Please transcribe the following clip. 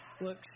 Look